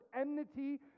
enmity